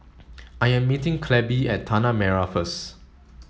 I am meeting Clabe at Tanah Merah first